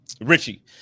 richie